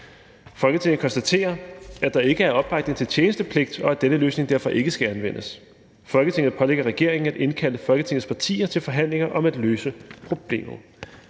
Folketinget konstaterer, at der ikke er opbakning til tjenestepligt, og at denne løsning derfor ikke skal anvendes. Folketinget pålægger regeringen at indkalde Folketingets partier til forhandlinger om at løse problemet.«